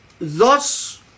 thus